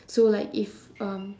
so like if um